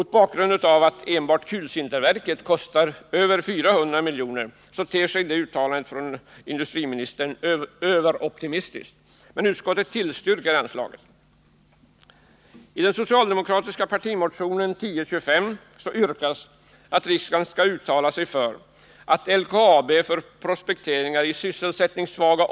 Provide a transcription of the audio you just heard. Mot bakgrund av att enbart kulsinterverket kostar över 400 miljoner ter sig uttalandet överoptimistiskt. Utskottet tillstyrker dock anslaget.